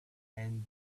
and